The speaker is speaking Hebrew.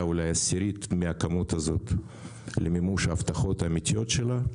אולי עשירית מהכמות הזאת למימוש ההבטחות האמתיות שלה,